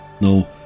no